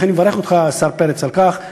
לכן אני מברך אותך, השר פרץ, על כך.